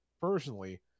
personally